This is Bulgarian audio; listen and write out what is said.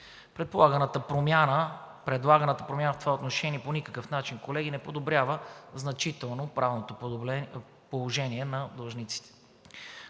Предлаганата промяна в това отношение по никакъв начин, колеги, не подобрява значително правното положение на длъжниците.